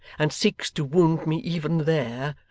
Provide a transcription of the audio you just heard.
and seeks to wound me even there,